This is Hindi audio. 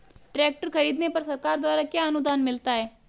ट्रैक्टर खरीदने पर सरकार द्वारा क्या अनुदान मिलता है?